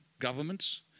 governments